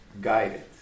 guidance